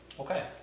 Okay